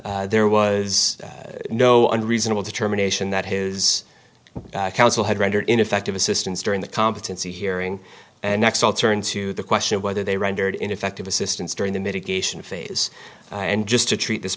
reasons there was no a reasonable determination that his counsel had rendered ineffective assistance during the competency hearing and next i'll turn to the question of whether they rendered ineffective assistance during the mitigation phase and just to treat this